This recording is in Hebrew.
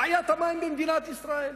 בעיית המים במדינת ישראל.